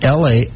la